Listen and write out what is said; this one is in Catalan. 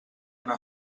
una